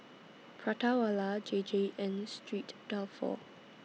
Prata Wala J J and Street Dalfour